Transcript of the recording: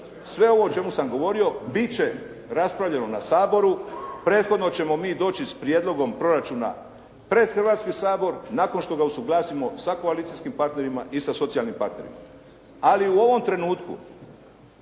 sve ovo o čemu sam govorio biti će raspravljeno na Saboru. Prethodno ćemo mi doći s prijedlogom proračuna pred Hrvatski sabor nakon što ga usuglasimo sa koalicijskim partnerima i sa socijalnim partnerima. Ali u ovom trenutku